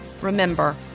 Remember